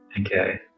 okay